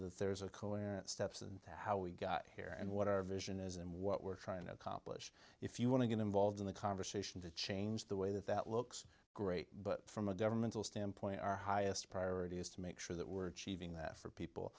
color steps and how we got here and what our vision is and what we're trying to accomplish if you want to get involved in the conversation to change the way that that looks great but from a governmental standpoint our highest priority is to make sure that we're cheating that for people